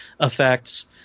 effects